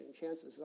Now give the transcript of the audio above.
chances